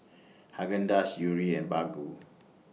Haagen Dazs Yuri and Baggu